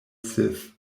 sith